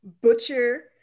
Butcher